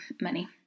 money